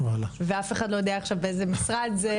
ואף אחד לא יודע עכשיו באיזה משרד זה,